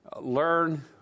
learn